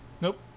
Nope